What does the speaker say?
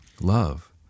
love